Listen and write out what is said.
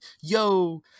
yo